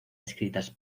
escritas